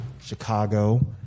Chicago